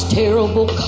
terrible